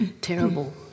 terrible